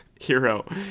hero